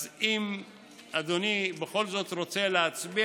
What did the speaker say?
אז אם אדוני בכל זאת רוצה להצביע,